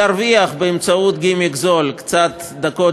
להרוויח באמצעות גימיק זול קצת דקות